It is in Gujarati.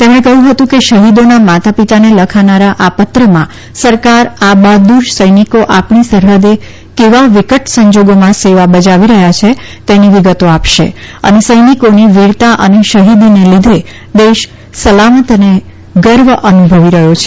તેમણે કહયું હતું કે શહિદોના માતા પિતાને લખાનારા આ પત્રમાં સરકાર આ બહાદુર સૈનિકો આપણી સરહદે કેવા વિકટ સંજાગોમાં સેવા બજાવી રહ્યાં છે તેની વિગતો આપશે અને સૈનિકોની વીરતા અને શહિદીને લીધે દેશ સલામત અને ગર્વ અનુભવી રહથો છે